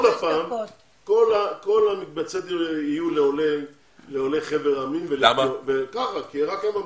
כל מקצבי הדיור יהיו לעולי חבר העמים כי רק הם ממתינים.